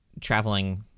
traveling